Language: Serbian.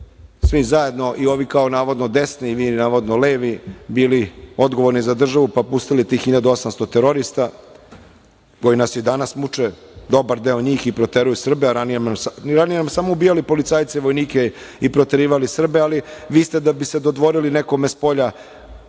svi zajedno i ovi kao navodno desni i vi navodno levi bili odgovorni za državu, pa pustili tih 1.800 terorista koji nas i danas muče, dobar deo njih i proteruju Srbe, a ranije nam samo ubijali policajce, vojnike i proterivali Srbe, ali vi ste da bi se dodvorili nekome spolja